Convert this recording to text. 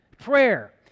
Prayer